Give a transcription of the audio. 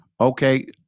Okay